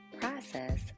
process